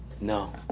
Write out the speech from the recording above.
no